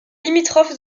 limitrophe